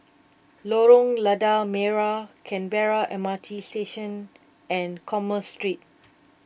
Lorong Lada Merah Canberra M R T Station and Commerce Street